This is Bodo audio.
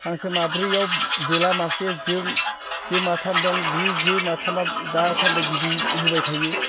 हांसो माब्रैआव जोला मासे जो जो माथाम दं बि जो माथामा दासान्दि बिदै होबाय थायो